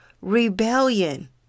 rebellion